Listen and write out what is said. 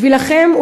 בשבילכם.